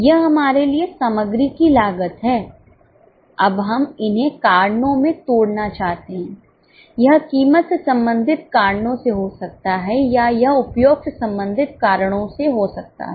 यह हमारे लिए सामग्री की लागत है अब हम इन्हें कारणों में तोड़ना चाहते हैं यह कीमत से संबंधित कारणों से हो सकता है या यह उपयोग से संबंधित कारणों से हो सकता है